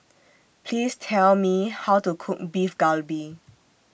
Please Tell Me How to Cook Beef Galbi